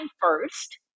first